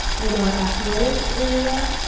in our athletics area,